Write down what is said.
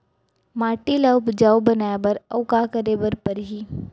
माटी ल उपजाऊ बनाए बर अऊ का करे बर परही?